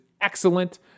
excellent